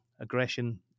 aggression